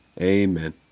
Amen